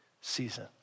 season